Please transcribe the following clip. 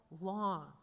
long